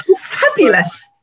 Fabulous